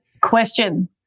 question